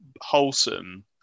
wholesome